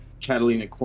Catalina